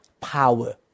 power